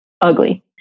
ugly